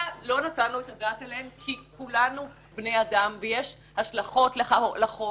לא נתנו את הדעת עליהם כי כולנו בני אדם ויש השלכות לחוק,